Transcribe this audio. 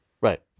Right